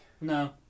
No